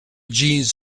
jeans